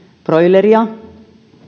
broileria